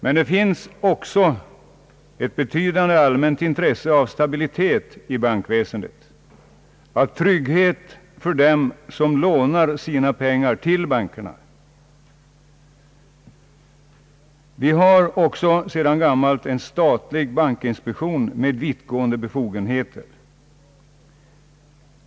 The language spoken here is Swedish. Men det finns också ett betydande allmänt intresse av stabilitet i bankväsendet, av trygghet för dem som lånar sina pengar till bankerna. Vi har också sedan gammalt en statlig bankinspektion med vittgående befogenheter.